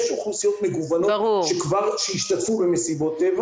יש אוכלוסיות מגוונות שהשתתפו במסיבות טבע